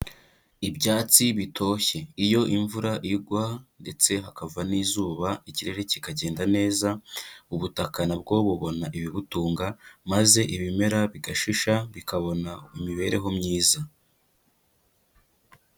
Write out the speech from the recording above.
Ibyatsi bitoshye iyo imvura igwa ndetse hakava n'izuba ikirere kikagenda neza, ubutaka na bwo bubona ibibutunga maze ibimera bigashisha, bikabona imibereho myiza.